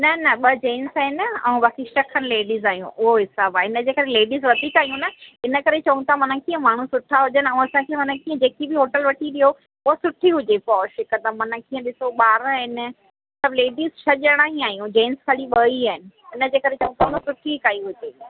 न न ॿ जेंट्स आहिनि ऐं बाकी छह खनि लेडीज़ आहियूं उहो हिसाबु आहे इनजे करे लेडीज़ वधीक आहियूं न इन करे चऊं त माना इन करे ई माना कीअं माण्हू सुठा हुजनि ऐं असांखे माना कीअं जेकी बि होटल वठी ॾियो उहा सुठी हुजे पॉश हिकदमि माना कीअं ॾिसो ॿार इन सभु लेडीज़ छह ॼणा ई आहियूं जेंट्स खाली ॿ ई आहिनि इनजे करे चऊं था न सुठी काई हुजे